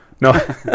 no